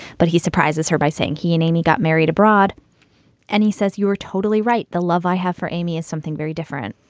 but he surprises her by saying he and amy got married abroad and he says, you were totally right. the love i have for amy is something very different.